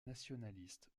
nationaliste